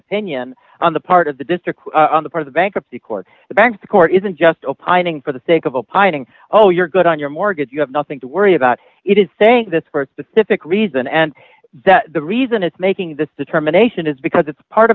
opinion on the part of the district on the part of bankruptcy court the banks the court isn't just opining for the sake of opposing oh you're good on your mortgage you have nothing to worry about it is saying that for a specific reason and that the reason it's making this determination is because it's part